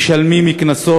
אזרחים משלמים קנסות,